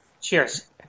Cheers